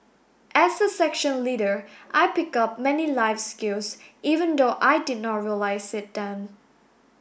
as a section leader I picked up many life skills even though I did not realise it then